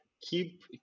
keep